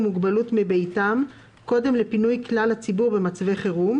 מוגבלות מביתם קודם לפינוי כלל הציבור במצבי חירום,